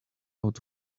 out